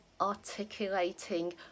articulating